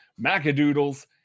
MacAdoodles